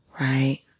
right